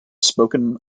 spoken